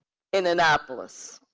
in annapolis.